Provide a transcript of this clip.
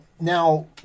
Now